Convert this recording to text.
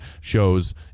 shows